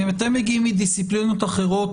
אתם מגיעים מדיסציפלינות אחרות,